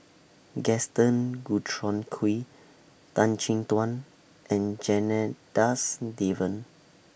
Gaston Dutronquoy Tan Chin Tuan and Janadas Devan